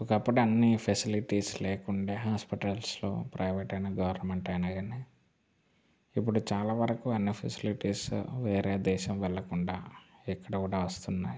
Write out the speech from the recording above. ఒకప్పుడు అన్ని ఫెసిలిటీస్ లేకుండే హాస్పిటల్స్లో ప్రైవేట్ అయినా గవర్నమెంట్ అయినా కానీ ఇప్పుడు చాలా వరకు అన్నీ ఫెసిలిటీస్ వేరే దేశం వెళ్ళకుండా ఇక్కడ కూడా వస్తున్నాయి